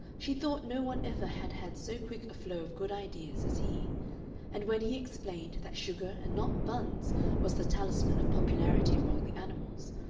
she thought no one ever had had so quick a flow of good ideas as he and when he explained that sugar and not buns was the talisman of popularity among the animals,